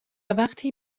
وقتی